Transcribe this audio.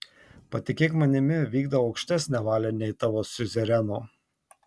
patikėk manimi vykdau aukštesnę valią nei tavo siuzereno